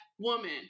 Woman